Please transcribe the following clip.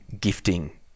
gifting